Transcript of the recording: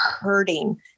hurting